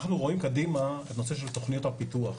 אנחנו רואים קדימה את הנושא של תוכניות הפיתוח,